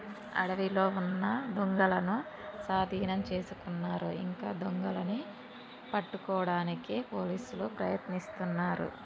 అడవిలో ఉన్న దుంగలనూ సాధీనం చేసుకున్నారు ఇంకా దొంగలని పట్టుకోడానికి పోలీసులు ప్రయత్నిస్తున్నారు